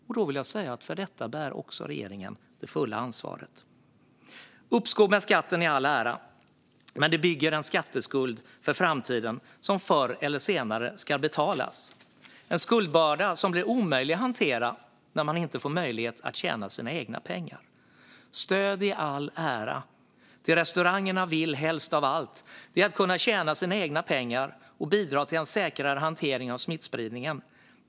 För detta, vill jag säga, bär regeringen också det fulla ansvaret. Uppskov med skatten i all ära, men det bygger en skatteskuld för framtiden som förr eller senare ska betalas - en skuldbörda som blir omöjlig att hantera när man inte får möjlighet att tjäna sina egna pengar. Stöd i all ära, men det restaurangerna vill helst av allt är att kunna tjäna sina egna pengar och bidra till en säkrare hantering av smittspridningen.